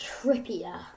Trippier